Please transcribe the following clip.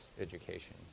education